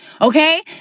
Okay